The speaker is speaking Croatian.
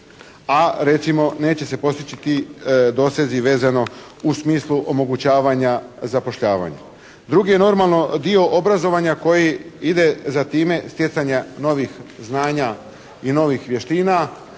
a recimo neće se postići ti dosezi vezano u smislu omogućavanja zapošljavanja. Drugi je normalno dio obrazovanja koji ide za time stjecanja novih znanja i novih vještina